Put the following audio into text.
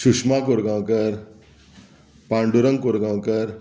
Sushma Korgaonkar Pandurang Korgaonkar